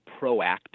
proactive